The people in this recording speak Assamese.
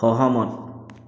সহমত